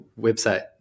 website